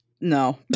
No